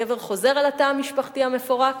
הגבר חוזר לתא המשפחתי המפורק,